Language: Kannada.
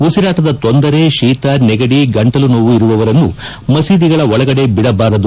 ಉಸಿರಾಟದ ತೊಂದರೆ ಶೀತ ನೆಗಡಿ ಗಂಟಲುನೋವು ಇರುವವರನ್ನು ಮಸೀದಿಗಳ ಒಳಗಡೆ ಬಿಡಬಾರದು